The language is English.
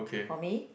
for me